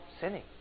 sinning